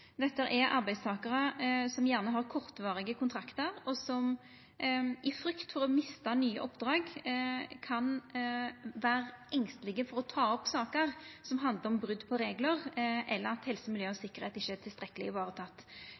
Dette er arbeidstakarar som gjerne har kortvarige kontraktar, og som i frykt for å mista nye oppdrag kan vera engstelege for å ta opp sakar som handlar om brot på reglar eller at helse, miljø og sikkerheit ikkje er tilstrekkeleg